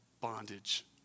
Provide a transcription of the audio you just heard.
Bondage